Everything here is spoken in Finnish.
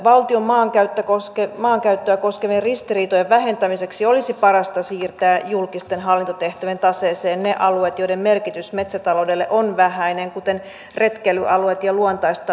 valtion maankäyttöä koskevien ristiriitojen vähentämiseksi olisi parasta siirtää julkisten hallintotehtävien taseeseen ne alueet joiden merkitys metsätaloudelle on vähäinen kuten retkeilyalueet ja luontaistalouden alueet